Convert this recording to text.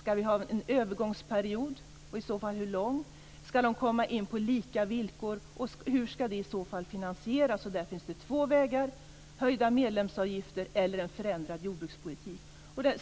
Ska vi ha en övergångsperiod, och i så fall hur lång? Ska de komma in på lika villkor, och hur ska det i så fall finansieras? Där finns det två vägar, höjda medlemsavgifter eller en förändrad jordbrukspolitik.